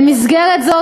במסגרת זאת,